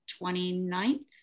29th